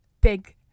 Big